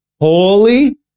holy